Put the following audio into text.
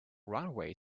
runway